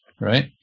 Right